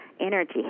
energy